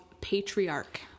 Patriarch